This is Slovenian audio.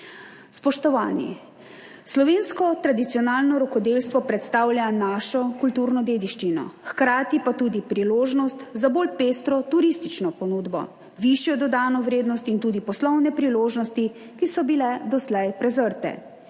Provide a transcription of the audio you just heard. Spoštovani, slovensko tradicionalno rokodelstvo predstavlja našo kulturno dediščino, hkrati pa tudi priložnost za bolj pestro turistično ponudbo, višjo dodano vrednost in tudi poslovne priložnosti, ki so bile doslej prezrte.